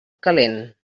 calent